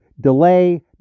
delay